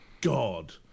God